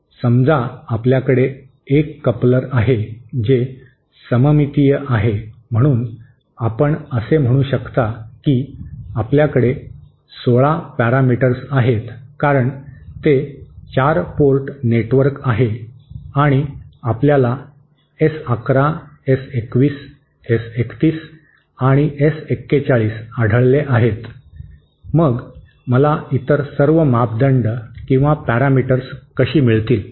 समजा आपल्याकडे एक कपलर आहे जे सममितीय आहे म्हणून आपण असे म्हणू शकता की आपल्याकडे 16 पॅरामीटर्स आहेत कारण ते 4 पोर्ट नेटवर्क आहे आणि आपल्याला एस 11 एस 21 एस 31 आणि एस 41 आढळले आहेत मग मला इतर सर्व मापदंड किंवा पॅरामीटर्स कशी मिळतील